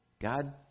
God